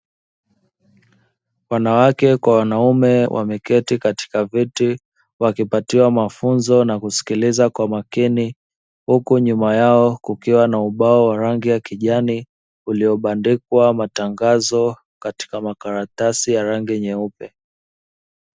Wanawake kwa wanaume wameketi katika viti wakiapatiwa mafunzo na kusikiliza kwa makini, huku nyuma yao kukiwa na ubao wa rangi ya kijani uliobandikwa matangazo katika makaratasi ya rangi nyeupe.